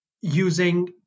using